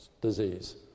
disease